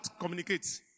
communicate